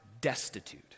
destitute